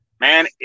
Man